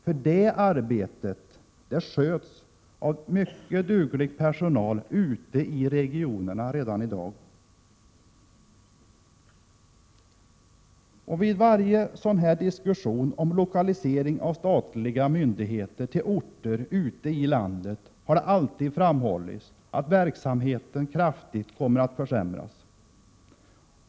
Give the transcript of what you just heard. Säkerhetsarbetet sköts redan i dag av mycket duglig personal ute i regionerna. Vid varje diskussion om lokalisering av statliga myndigheter till orter ute i landet har det framhållits att verksamheten kraftigt kommer att försämras.